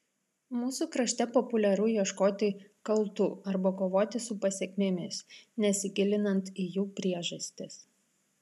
mūsų krašte populiaru ieškoti kaltų arba kovoti su pasekmėmis nesigilinant į jų priežastis